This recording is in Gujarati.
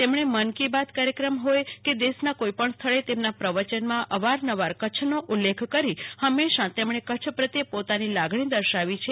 તેમણે મન કી બાત કાર્યક્રમ હોય કે દેશના કોઈપણ સ્થળે તેમના પ્રવચનમાં અવારનવાર કચ્છનો ઉલ્લેખ કરી હંમેશા તેમણે કચ્છ પ્રત્યે પોતાની લાગણી દર્શાવી છે